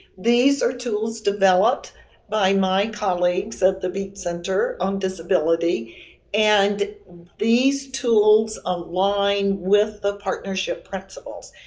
these are tools developed by my colleagues at the beach center on disability and these tools align with the partnership principles.